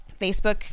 Facebook